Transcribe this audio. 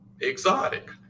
exotic